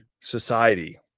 society